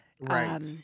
Right